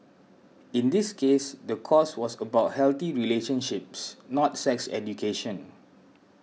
in this case the course was about healthy relationships not sex education